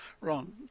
wrong